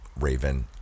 Raven